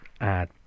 add